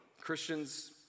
Christians